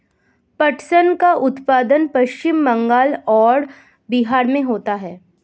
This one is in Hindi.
पटसन का उत्पादन पश्चिम बंगाल और बिहार में होता है